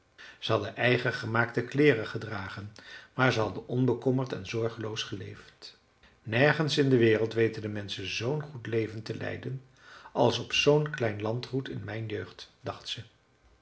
ze hadden eigengemaakte kleeren gedragen maar ze hadden onbekommerd en zorgeloos geleefd nergens in de wereld weten de menschen zoo'n goed leven te leiden als op zoo'n klein landgoed in mijn jeugd dacht ze